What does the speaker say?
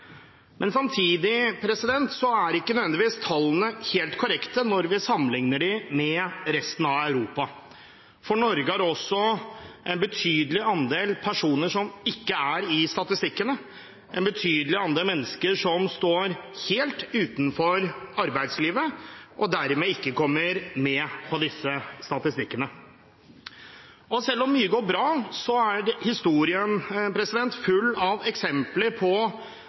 også en betydelig andel personer som ikke er i statistikkene, som står helt utenfor arbeidslivet, og som dermed ikke kommer med i disse statistikkene. Selv om mye går bra, er historien full av eksempler på